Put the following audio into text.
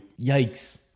Yikes